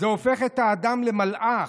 זה הופך את האדם למלאך.